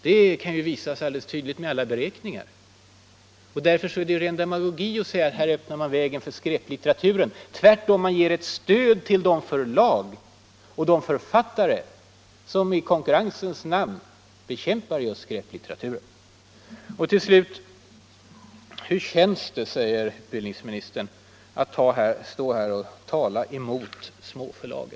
Det visas tydligt av alla beräkningar. Därför är det ren demagogi att säga att man med detta system öppnar vägen för skräplitteraturen. Tvärtom! Man ger ett stöd till de förlag och de författare som i konkurrensens namn bekämpar just skräplitteraturen. Hur känns det att stå här och tala emot småförlagen, frågar utbildningsministern.